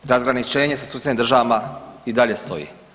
Razgraničenje sa susjednim državama i dalje stoji.